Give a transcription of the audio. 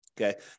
Okay